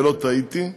ולא טעיתי.